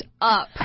up